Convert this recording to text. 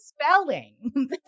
spelling